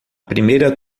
primeira